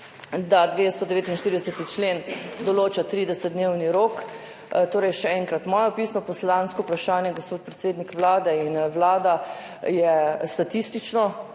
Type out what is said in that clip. da 249. člen določa 30-dnevni rok. Torej, še enkrat. Moje pisno poslansko vprašanje, gospod predsednik Vlade in vlada, je statistično,